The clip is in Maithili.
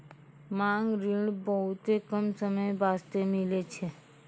मांग ऋण बहुते कम समय बास्ते मिलै छै